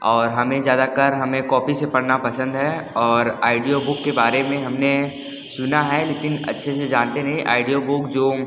और हमें ज्यादा कर हमें कॉपी से पढ़ना पसंद है और आइडियो बुक के बारे में हमने सुना है लेकिन अच्छे से जानते नहीं आइडियो बुक जो